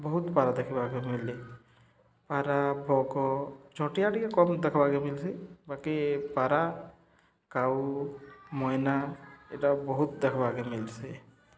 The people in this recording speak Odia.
ବହୁତ୍ ପାରା ଦେଖ୍ବାକେ ମିଲେ ପାରା ବଗ ଛଟିଆ ଟିକେ କମ୍ ଦେଖ୍ବାକେ ମିଲ୍ସି ବାକି ପାରା କାଊ ମଇନା ଇଟା ବହୁତ୍ ଦେଖ୍ବାକେ ମିଲ୍ସି